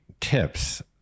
tips